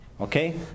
Okay